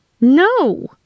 No